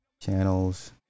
Channels